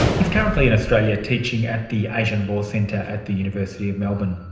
he is currently in australia teaching at the asian law centre at the university of melbourne.